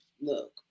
Look